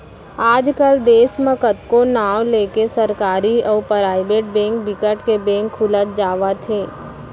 आज कल देस म कतको नांव लेके सरकारी अउ पराइबेट बेंक बिकट के बेंक खुलत जावत हे